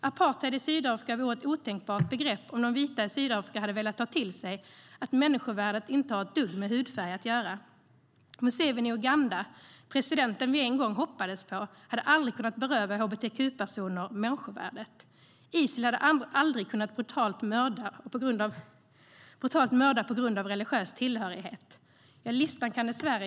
Apartheid i Sydafrika vore ett otänkbart begrepp om de vita i Sydafrika hade velat ta till sig att människovärdet inte har ett dugg med hudfärg att göra, Museveni i Uganda - presidenten vi en gång hoppades på - hade aldrig kunnat beröva hbtq-personer människovärdet, och Isil hade aldrig kunnat brutalt mörda på grund av religiös tillhörighet.